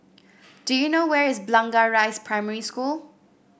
do you know where is Blangah Rise Primary School